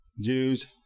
Jews